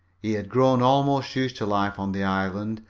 he had grown almost used to life on the island,